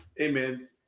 amen